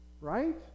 Right